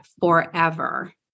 forever